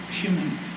human